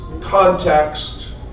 context